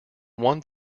one